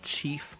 chief